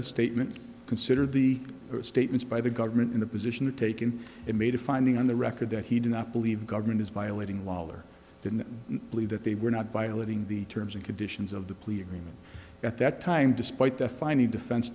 that statement consider the statements by the government in the position of taking it made a finding on the record that he did not believe government is violating lollar didn't believe that they were not violating the terms and conditions of the plea agreement at that time despite the find the defense